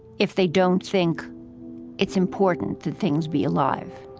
if they don't think it's important that things be alive?